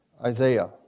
Isaiah